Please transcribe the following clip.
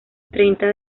treinta